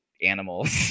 Animals